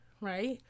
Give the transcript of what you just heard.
Right